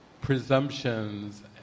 presumptions